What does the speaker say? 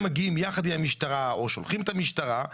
כשאתם מגיעים יחד עם המשטרה או שולחים את המשטרה,